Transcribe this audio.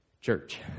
church